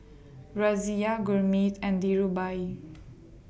Razia Gurmeet and